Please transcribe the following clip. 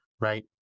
right